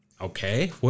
Okay